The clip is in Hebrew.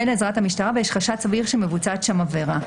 לעזרת המשטרה ויש חשד סביר שמבוצעת שם עבירה.